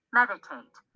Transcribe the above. Meditate